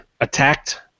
attacked